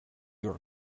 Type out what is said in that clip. your